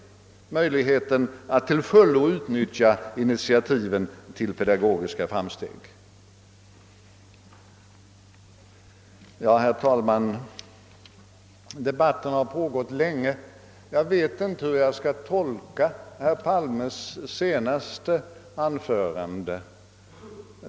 Möjligheten att till fullo utnyttja initiativen till pedagogiska framsteg kan minska. Herr talman! Debatten har pågått länge. Jag vet inte hur man skall tolka herr Palmes senaste anförande.